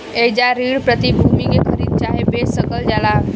एइजा ऋण प्रतिभूति के खरीद चाहे बेच सकल जाला